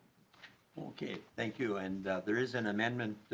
ok thank you. and that there is an um and and